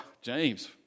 James